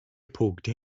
punkte